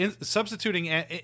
substituting